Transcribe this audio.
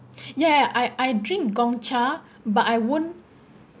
ya ya I I drink Gongcha but I won't